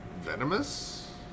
venomous